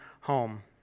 home